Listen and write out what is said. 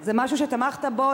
זה משהו שתמכת בו,